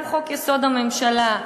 גם חוק-יסוד: הממשלה,